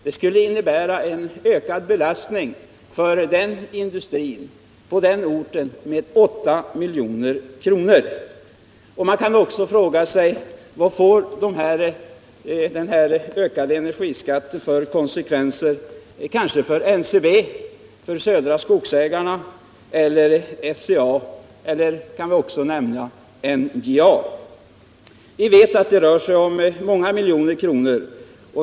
Det skulle innebära en ökad belastning för den industrin på den orten med 8 milj.kr. Man kan också ställa frågan: Vad får en höjd energiskatt för konsekvenser för NCB, Södra Skogsägarna, SCA och NJA? Vi vet att det rör sig om många miljoner kronor.